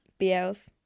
BLs